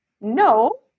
No